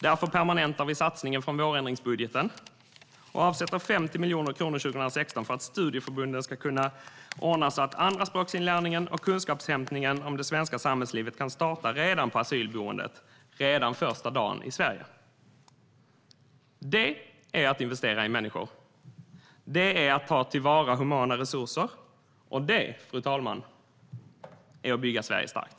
Därför permanentar vi satsningen från vårändringsbudgeten och avsätter 50 miljoner kronor 2016 för att studieförbunden ska kunna ordna så att andraspråksinlärningen och kunskapsinhämtningen om det svenska samhällslivet kan starta redan på asylboendet, redan första dagen i Sverige. Det är att investera i människor, det är att ta till vara humana resurser och det , fru talman, är att bygga Sverige starkt.